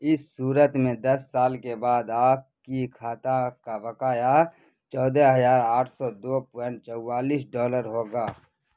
اس صورت میں دس سال کے بعد آپ کی کھاتا کا بقایا چودہ ہزار آٹھ سو دو پوائنٹ چوالیس ڈالر ہوگا